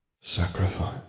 Sacrifice